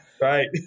Right